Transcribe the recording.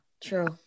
True